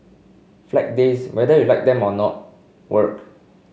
Flag Days whether you like them or not work